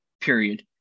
period